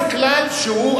זה כלל שהוא,